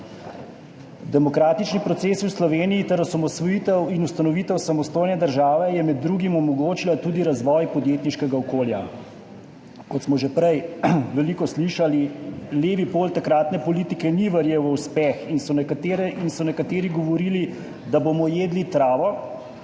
Demokratični procesi v Sloveniji ter osamosvojitev in ustanovitev samostojne države je med drugim omogočila tudi razvoj podjetniškega okolja. Kot smo že prej veliko slišali, levi pol takratne politike ni verjel v uspeh in so nekateri govorili, da bomo jedli travo,